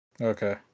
Okay